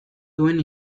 duen